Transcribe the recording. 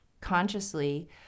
consciously